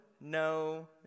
no